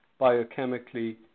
biochemically